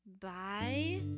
Bye